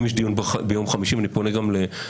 אם יש דיון ביום חמישי ואני פונה גם לאיל,